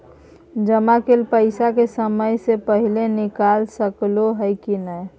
जमा कैल पैसा के समय से पहिले निकाल सकलौं ह की नय?